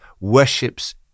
worships